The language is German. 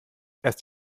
erst